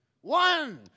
One